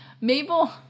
Mabel